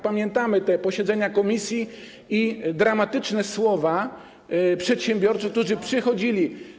Pamiętamy te posiedzenia komisji i dramatyczne słowa przedsiębiorców, którzy przychodzili.